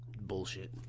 Bullshit